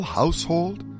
household